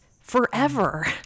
forever